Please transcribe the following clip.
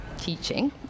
teaching